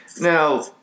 Now